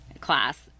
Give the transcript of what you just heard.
class